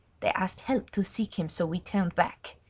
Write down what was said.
they asked help to seek him, so we turned back.